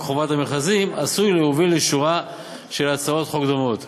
חובת המכרזים עשוי להוביל לשורה של הצעות חוק דומות.